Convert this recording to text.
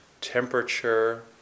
temperature